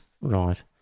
Right